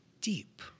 deep